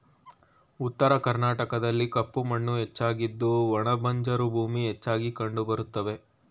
ಉತ್ತರ ಕರ್ನಾಟಕದಲ್ಲಿ ಕಪ್ಪು ಮಣ್ಣು ಹೆಚ್ಚಾಗಿದ್ದು ಒಣ ಬಂಜರು ಭೂಮಿ ಹೆಚ್ಚಾಗಿ ಕಂಡುಬರುತ್ತವೆ